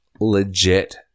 legit